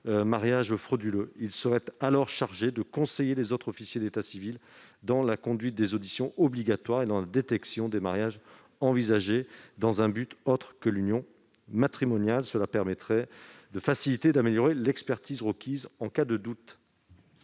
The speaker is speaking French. mariages frauduleux. Ces référents seraient chargés de conseiller les autres officiers d'état civil dans la conduite des auditions obligatoires et dans la détection des mariages envisagés dans un but autre que l'union matrimoniale. Cela permettrait d'accroître l'expertise requise en cas de doute,